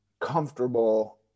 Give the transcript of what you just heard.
comfortable